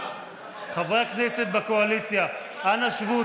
חברי הכנסת בקואליציה, אנא שבו.